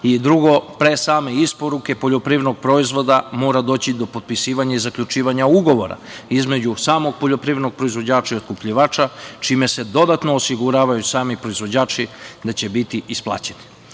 i, drugo, pre same isporuke poljoprivrednog proizvoda mora doći do potpisivanja i zaključivanja ugovora između samog poljoprivrednog proizvođača i otkupljivača, čime se dodatno osiguravaju sami proizvođači da će biti isplaćeni. Zbog